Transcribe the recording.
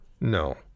No